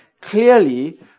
clearly